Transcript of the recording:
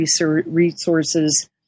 resources